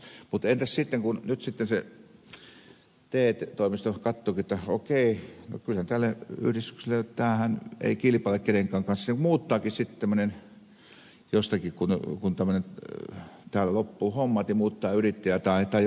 mutta entäs sitten kun nyt sitten se te toimisto katsoo että okei tämä yhdistys ei kilpaile kenenkään kanssa mutta sinne muuttaakin sitten jostakin kun siellä loppuvat hommat yrittäjä tai joku perustaa yrityksen